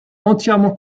entièrement